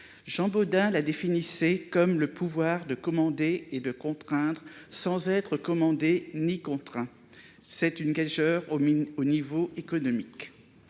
Jean Bodin la définissait comme « le pouvoir de commander et de contraindre sans être commandé ni contraint ». C'est une gageure au niveau économique.